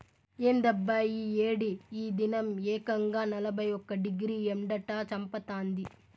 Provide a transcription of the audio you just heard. ఏందబ్బా ఈ ఏడి ఈ దినం ఏకంగా నలభై ఒక్క డిగ్రీ ఎండట చంపతాంది